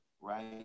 Right